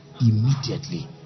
immediately